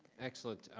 excellent,